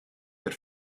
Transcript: that